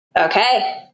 Okay